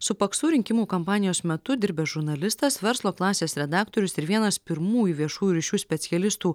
su paksu rinkimų kampanijos metu dirbęs žurnalistas verslo klasės redaktorius ir vienas pirmųjų viešųjų ryšių specialistų